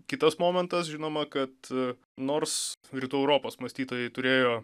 kitas momentas žinoma kad nors rytų europos mąstytojai turėjo